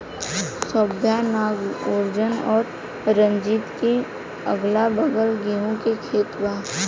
सौम्या नागार्जुन और रंजीत के अगलाबगल गेंहू के खेत बा